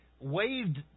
waived